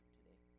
today